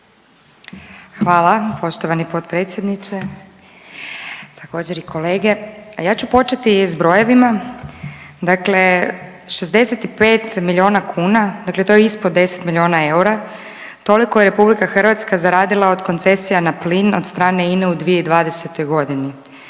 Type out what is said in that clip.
Hvala. Poštovani potpredsjedniče, također i kolege. A ja ću početi s brojevima, dakle 65 milijuna kuna dakle to je ispod 10 milijuna eura toliko je RH zaradila od koncesija na plin od strane INA-e u 2020.g.,